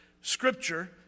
scripture